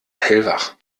hellwach